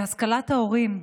להשכלת ההורים,